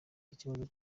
ikibazo